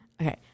Okay